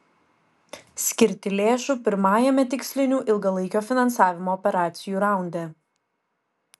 skirti lėšų pirmajame tikslinių ilgalaikio finansavimo operacijų raunde